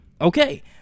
Okay